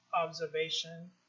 observation